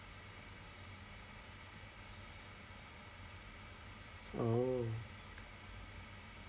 oh